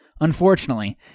Unfortunately